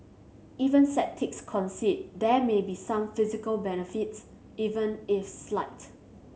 even sceptics concede there may be some physical benefits even if slight